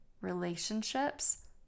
Relationships